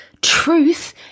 truth